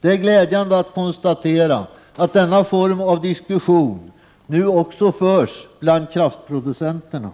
Det är glädjande att konstatera att denna form av diskussion nu också förs bland kraftproducenterna.